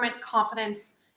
confidence